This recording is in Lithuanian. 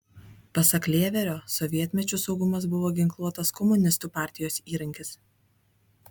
pasak lėverio sovietmečiu saugumas buvo ginkluotas komunistų partijos įrankis